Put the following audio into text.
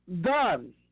done